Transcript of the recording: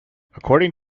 according